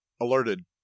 alerted